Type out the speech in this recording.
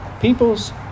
people's